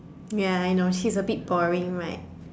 ya I know she's a bit boring right